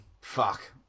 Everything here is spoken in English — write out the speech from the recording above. fuck